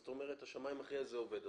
את אומרת שאצל שמאי מכריע זה עובד.